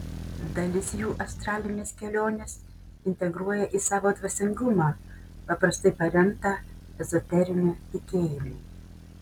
dalis jų astralines keliones integruoja į savo dvasingumą paprastai paremtą ezoteriniu tikėjimu